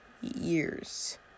years